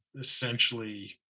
essentially